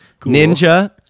Ninja